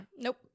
Nope